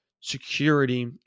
security